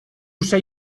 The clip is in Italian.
sei